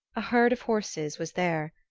a herd of horses was there,